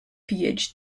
phd